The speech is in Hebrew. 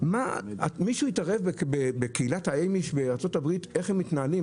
מישהו התערב בקהילת האמיש בארצות הברית איך הם מתנהלים?